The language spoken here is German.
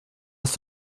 aus